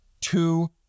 Two